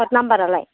साथ नाम्बारालाय